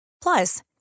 Plus